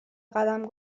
قدم